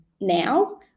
now